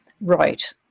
right